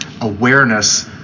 awareness